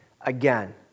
again